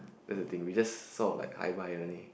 that's the thing we just sort of like hi bye only